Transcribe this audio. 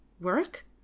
Work